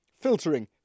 filtering